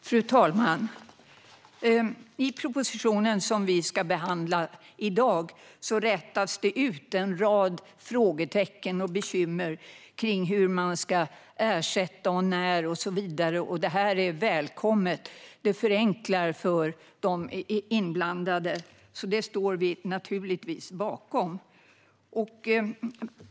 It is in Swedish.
Fru talman! I betänkandet som vi behandlar i dag rätas det ut en rad bekymmersamma frågetecken kring hur och när man ska ersätta och så vidare. Det är välkommet - det förenklar för de inblandade, så det står vi naturligtvis bakom.